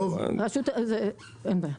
אין בעיה.